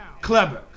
Clever